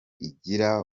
igira